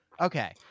okay